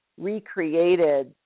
recreated